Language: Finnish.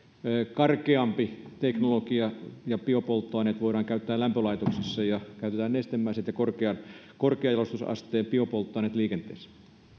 karkeampi teknologia ja biopolttoaineet voidaan käyttää lämpölaitoksissa ja käytetään nestemäiset ja korkean korkean jalostusasteen biopolttoaineet liikenteessä